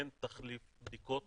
אין תחליף בדיקות